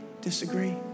disagree